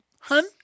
hun